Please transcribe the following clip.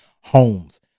homes